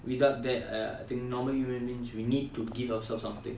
without that err I think normal human beings we need to give ourselves something